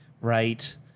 right